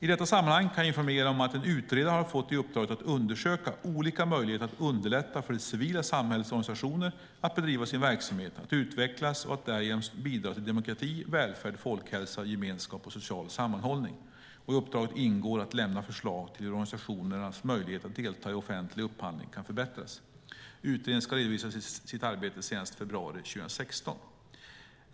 I detta sammanhang kan jag informera om att en utredare har fått uppdraget att undersöka olika möjligheter att underlätta för det civila samhällets organisationer att bedriva sin verksamhet, att utvecklas och att därigenom bidra till demokrati, välfärd, folkhälsa, gemenskap och social sammanhållning. I uppdraget ingår att lämna förslag till hur organisationernas möjligheter att delta i offentlig upphandling kan förbättras. Utredningen ska redovisa sitt arbete senast i februari 2016.